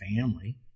family